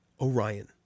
Orion